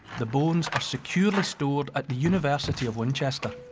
the bones are securely stored at the university of winchester.